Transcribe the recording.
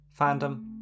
Fandom